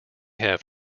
have